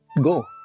go